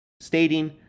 Stating